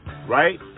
right